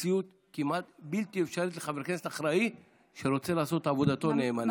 מציאות כמעט בלתי אפשרית לחבר כנסת אחראי שרוצה לעשות את עבודתו נאמנה.